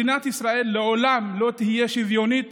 מדינת ישראל לעולם לא תהיה שוויונית